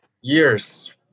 Years